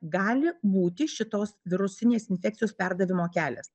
gali būti šitos virusinės infekcijos perdavimo kelias